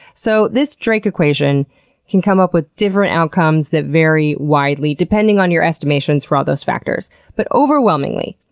so, this drake equation can come up with different outcomes that vary widely depending on your estimations for ah those factors but overwhelmingly,